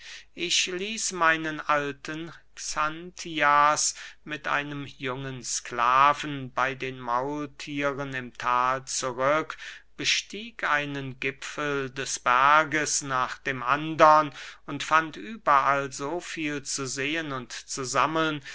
ich ließ meinen alten xanthias mit einem jungen sklaven bey den maulthieren im thal zurück bestieg einen gipfel des berges nach dem andern und fand überall so viel zu sehen und zu sammeln